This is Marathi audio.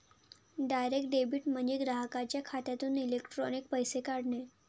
डायरेक्ट डेबिट म्हणजे ग्राहकाच्या खात्यातून इलेक्ट्रॉनिक पैसे काढणे